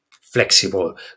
flexible